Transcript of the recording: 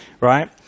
right